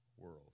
world